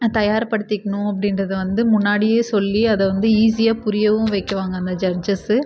தயார்படுத்திக்கணும் அப்படின்றத வந்து முன்னாடியே சொல்லி அதை வந்து ஈசியாக புரியவும் வைக்குவாங்க அங்கே ஜட்ஜெஸ்ஸு